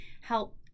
help